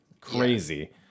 Crazy